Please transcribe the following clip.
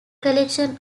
collection